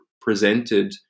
presented